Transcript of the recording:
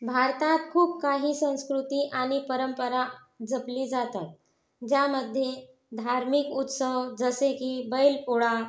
भारतात खूप काही संस्कृती आणि परंपरा जपली जातात ज्यामध्ये धार्मिक उत्सव जसे की बैल पोळा